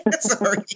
Sorry